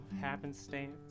happenstance